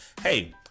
hey